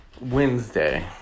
Wednesday